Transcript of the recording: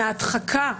מההדחקה.